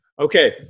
Okay